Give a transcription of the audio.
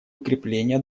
укрепления